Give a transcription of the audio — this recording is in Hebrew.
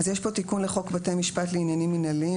יש פה תיקון לחוק בתי-משפט לעניינים מנהליים